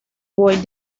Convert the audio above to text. boy